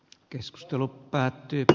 keskustelu päättyi dr